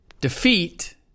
defeat